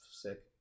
sick